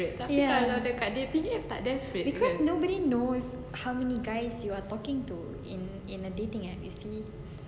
ya because nobody knows how many guys you are talking to in in a dating app you see